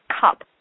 cup